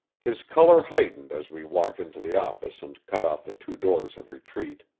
his color heightened as we walked into the office and cut off the two doors of retreat.